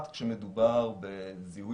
הטכנולוגיה כבר שם וזה מביא לכך שזיהוי